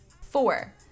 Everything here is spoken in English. Four